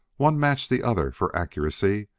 one matched the other for accuracy,